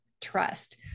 trust